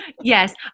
Yes